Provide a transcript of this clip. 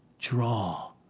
Draw